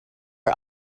are